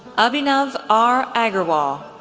abhinav r. agarwal,